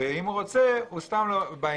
אם הוא רוצה, הוא סתם לא בעניין.